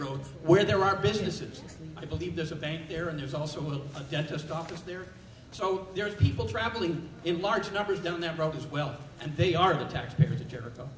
road where there are businesses i believe there's a bank there and there's also a dentist office there so there are people traveling in large numbers down that road as well and they are the tax payer to jericho